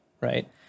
right